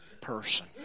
person